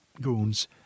goons